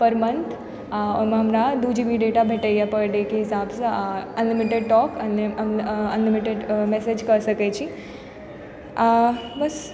पर month ओइमे हमरा दू जी बी डेटा भेटइए पर डे के हिसाब सँ अनलिमिटेड टॉक अनलिमिटेड मैसेज कर सकय छी बस